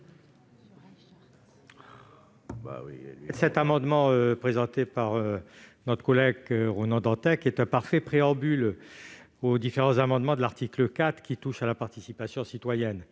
Cet amendement présenté par notre collègue Ronan Dantec est un parfait préambule aux différents amendements qui seront présentés à l'article 4 relatif à la participation citoyenne.